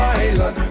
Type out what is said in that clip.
island